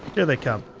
here they come.